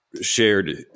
shared